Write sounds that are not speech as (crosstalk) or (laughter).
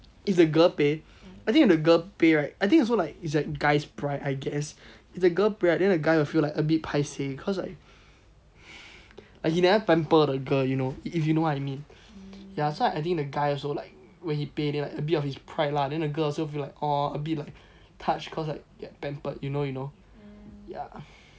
if the girl pay I think if the girl pay right I think also like it's like guy's pride I guess it's the girl pride then the guy will feel like a bit paiseh cause like (breath) like he never pamper the girl you know if you know what I mean so I adding the guy also